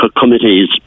committees